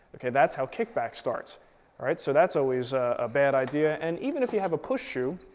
okay? that's how kick back starts. all right, so that's always a bad idea. and even if you have a push shoe,